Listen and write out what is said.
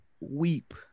weep